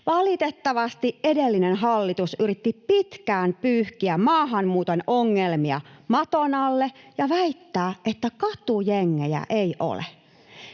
Valitettavasti edellinen hallitus yritti pitkään pyyhkiä maahanmuuton ongelmia maton alle ja väittää, että katujengejä ei ole.